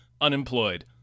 unemployed